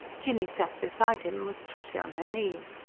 jinny sat beside him with trotty on her knee.